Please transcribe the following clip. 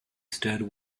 stood